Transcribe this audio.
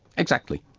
exactly,